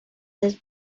has